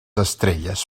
estrelles